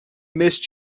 missed